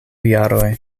jaroj